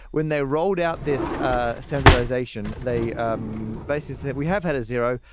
when they rolled out this ah standardization, they um basis that we have had a zero.